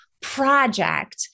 project